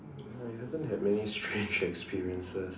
I haven't had many strange experiences